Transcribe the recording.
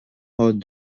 hors